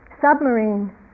submarine